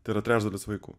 tai yra trečdalis vaikų